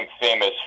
famous